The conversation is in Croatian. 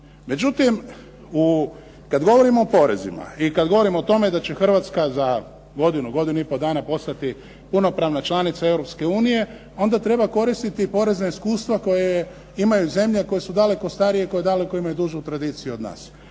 Međutim, kada govorimo o porezima i kada govorimo o tome da će Hrvatska za godinu, godinu i pol dana postati punopravna članica Europske unije, onda treba koristiti porezna iskustva koje imaju zemlje koje su daleko starije i koje daleko dužu tradiciju imaju